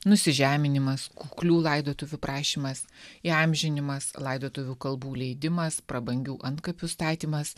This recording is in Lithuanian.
nusižeminimas kuklių laidotuvių prašymas įamžinimas laidotuvių kalbų leidimas prabangių antkapių statymas